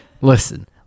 Listen